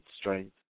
strength